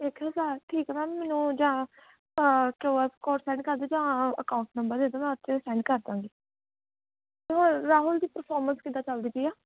ਇੱਕ ਹਜ਼ਾਰ ਠੀਕ ਹੈ ਮੈਮ ਮੈਨੂੰ ਜਾਂ ਕਿਯੂ ਆਰ ਕੋਡ ਸੈਂਡ ਕਰ ਦਿਓ ਜਾਂ ਅਕਾਊਂਟ ਨੰਬਰ ਦੇ ਦਿਓ ਮੈਂ ਉੱਥੇ ਸੈਂਡ ਕਰ ਦਾਂਗੀ ਔਰ ਰਾਹੁਲ ਦੀ ਪਰਫੋਰਮੈਂਸ ਕਿੱਦਾਂ ਚੱਲਦੀ ਪਈ ਆ